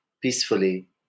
peacefully